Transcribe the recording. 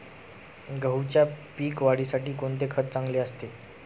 गहूच्या पीक वाढीसाठी कोणते खत चांगले असते?